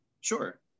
Sure